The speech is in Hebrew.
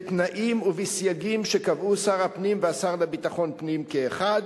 בתנאים ובסייגים שקבעו שר הפנים והשר לביטחון הפנים כאחד,